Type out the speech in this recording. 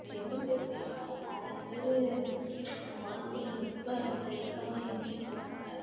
இந்த எம்பிபிஎஸ் சீட்டுக்காக பல பேர் நம்ம வாழ்க்கையில் ரொம்ப ஒரு ஏக்கமாக ஏங்கிக்கிட்டு இருக்காங்க